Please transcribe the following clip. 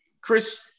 Chris